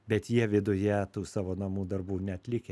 bet jie viduje tų savo namų darbų neatlikę